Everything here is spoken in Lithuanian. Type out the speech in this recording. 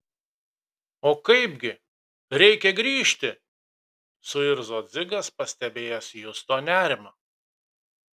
o kaipgi reikia grįžti suirzo dzigas pastebėjęs justo nerimą